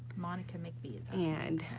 monica mcvie's and